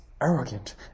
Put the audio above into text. arrogant